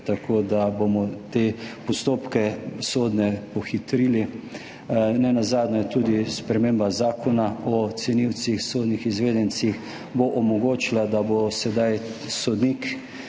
tako da bomo te sodne postopke pohitrili. Nenazadnje bo tudi sprememba zakona o cenilcih, sodnih izvedencih omogočila, da bo sedaj sodnik